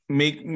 make